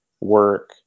work